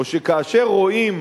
או שכאשר רואים